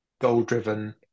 goal-driven